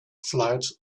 flight